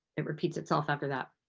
it repeats itself after that.